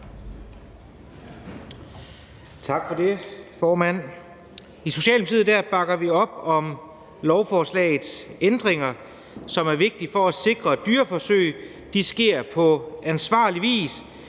Tak for det, formand. I Socialdemokratiet bakker vi op om lovforslagets ændringer, som er vigtige for at sikre, at dyreforsøg sker på ansvarlig vis,